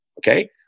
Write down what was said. Okay